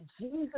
Jesus